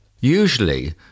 Usually